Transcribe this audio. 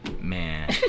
man